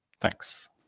Thanks